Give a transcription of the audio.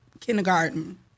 kindergarten